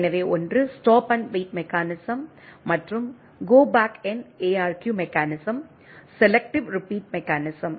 எனவே ஒன்று stop and wait mechanism மற்றும் go back N ARQ mechanism selective repeat mechanism